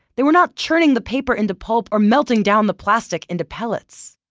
they were not churning the paper into pulp or melting down the plastic into pellets.